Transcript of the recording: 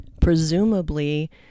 Presumably